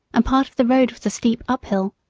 and part of the road was a steep uphill.